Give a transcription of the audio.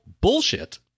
bullshit